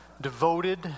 devoted